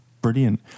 brilliant